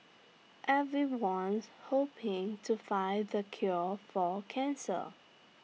everyone's hoping to find the cure for cancer